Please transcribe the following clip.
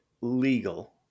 legal